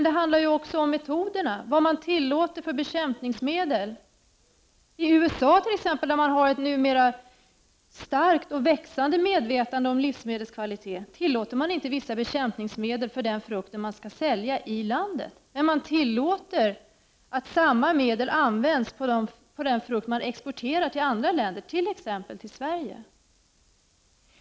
Det handlar också om odlingsmetoderna, om vilka bekämpningsmedel som tillåts. I USA, där man numera har ett starkt och växande medvetande om livsmedelskvalitet, tillåter man inte vissa bekämpningsmedel på den frukt som skall säljas i landet, men man tillåter att samma medel används på den frukt som exporteras till andra länder, t.ex. till Sverige.